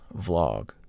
vlog